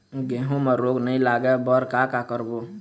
गेहूं म रोग नई लागे बर का का करबो?